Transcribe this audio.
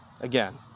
Again